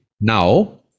Now